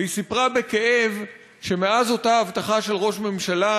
והיא סיפרה בכאב שמאז אותה הבטחה של ראש הממשלה,